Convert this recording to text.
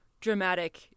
dramatic